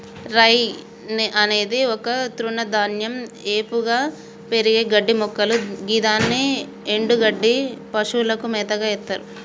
రై అనేది ఒక తృణధాన్యం ఏపుగా పెరిగే గడ్డిమొక్కలు గిదాని ఎన్డుగడ్డిని పశువులకు మేతగ ఎత్తర్